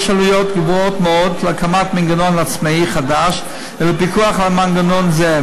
יש עלויות גבוהות מאוד להקמת מנגנון עצמאי חדש ולפיקוח על מנגנון זה.